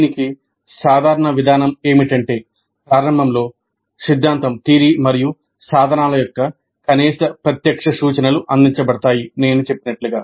దీనికి సాధారణ విధానం ఏమిటంటే ప్రారంభంలో సిద్ధాంతం మరియు సాధనాల యొక్క కనీస ప్రత్యక్ష సూచనలు అందించబడతాయి నేను చెప్పినట్లుగా